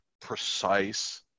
precise